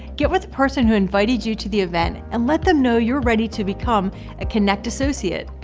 get with the person who invited you to the event and let them know you're ready to become a kynect associate.